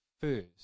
first